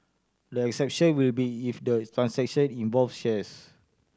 the exception will be if the transaction involved shares